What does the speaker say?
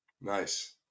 nice